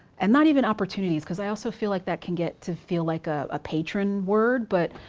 and not even opportunities, cause i also feel like that can get to feel like a patron word. but